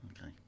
Okay